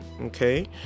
Okay